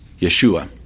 Yeshua